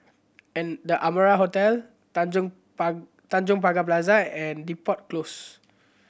and The Amara Hotel Tanjong Tanjong Pagar Plaza and Depot Close